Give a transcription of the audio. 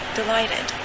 delighted